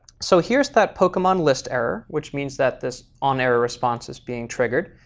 so here's that pokemon list error, which means that this on error response is being triggered.